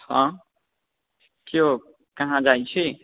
हँ कि यौ कहाँ जाइ छी